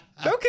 Okay